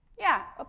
yeah. ah